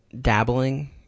dabbling